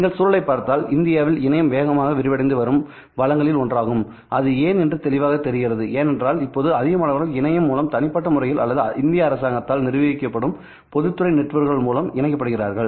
நீங்கள் சூழலைப் பார்த்தால்இந்தியாவில் இணையம் வேகமாக விரிவடைந்து வரும் வளங்களில் ஒன்றாகும் அது ஏன் என்று தெளிவாகத் தெரிகிறது ஏனென்றால் இப்போது அதிகமானவர்கள் இணையம் மூலம் தனிப்பட்ட முறையில் அல்லது இந்திய அரசாங்கத்தால் நிர்வகிக்கப்படும் பொதுத்துறை நெட்வொர்க்குகள் மூலம் இணைக்கப்படுகிறார்கள்